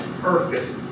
perfect